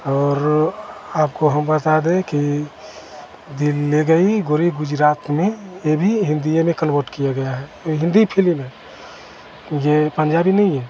और आपको हम बता दें कि दिल ले गई गोरी गुजरातनी यह भी हिन्दि ही में कन्वर्ट किया गया है यह हिन्दी फिलिम है यह पंजाबी नहीं है